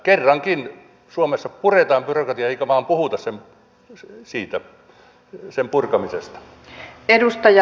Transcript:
kerrankin suomessa puretaan byrokratiaa eikä vain puhuta sen purkamisesta